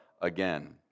again